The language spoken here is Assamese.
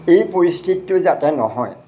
এই পৰিস্থিতিটো যাতে নহয়